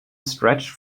stretched